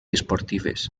esportives